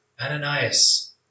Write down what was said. Ananias